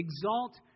exalt